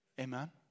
Amen